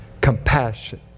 Compassion